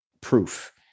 proof